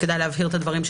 כדאי להבהיר את הדברים,